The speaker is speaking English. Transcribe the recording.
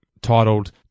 titled